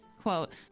Quote